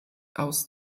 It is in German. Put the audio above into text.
aus